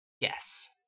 Yes